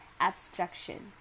abstraction